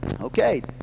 Okay